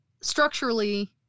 structurally